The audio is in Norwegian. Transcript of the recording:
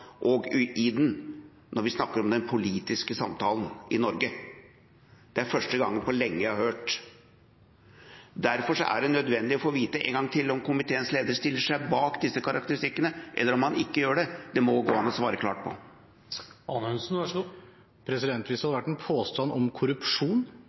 og i den når vi snakker om den politiske samtalen i Norge. Det er det første gang på lenge jeg har hørt. Derfor er det nødvendig å få vite, en gang til, om komiteens leder stiller seg bak disse karakteristikkene, eller om han ikke gjør det. Det må det gå an å svare klart på.